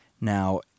Now